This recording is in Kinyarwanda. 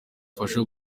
zagufasha